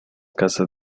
casas